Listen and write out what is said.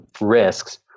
risks